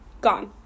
gone